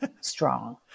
strong